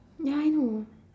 ya I know